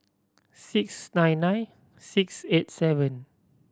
six nine nine six eight seven